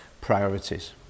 priorities